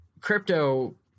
crypto